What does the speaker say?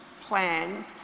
plans